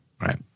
right